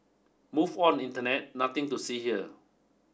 move on internet nothing to see here